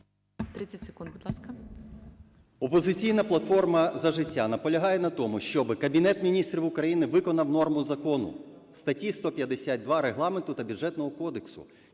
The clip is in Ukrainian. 10 секунд, будь ласка.